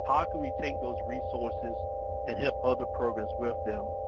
how can we take those resources and help other programs with them.